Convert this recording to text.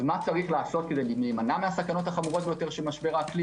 מה צריך לעשות כדי להימנע מהסכנות החמורות של משבר האקלים